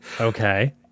Okay